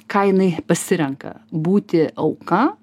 ką jinai pasirenka būti auka